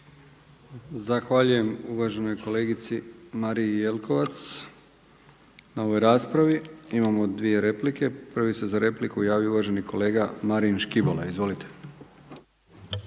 Zahvaljujem uvaženoj kolegici Marija Jelkovac na ovoj raspravi. Imamo dvije replike. Prvi se za repliku javio uvaženi kolega Marin Škibola. Izvolite.